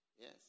Yes